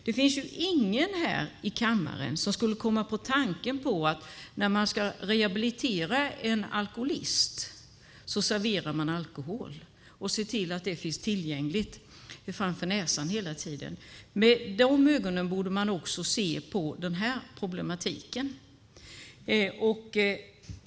Det finns ingen här i kammaren som skulle komma på tanken att man, när man ska rehabilitera en alkoholist, ska servera alkohol och se till att det hela tiden finns tillgängligt framför näsan. Med de ögonen borde man också se på den här problematiken.